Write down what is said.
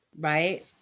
Right